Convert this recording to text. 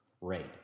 rate